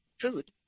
food